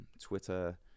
Twitter